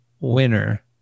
winner